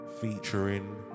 featuring